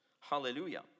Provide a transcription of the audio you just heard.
hallelujah